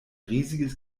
riesiges